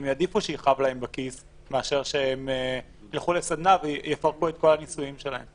הם יעדיפו שיכאב להם בכיס מאשר ללכת לסדנה ולפרק את הנישואים שלהם.